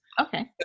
Okay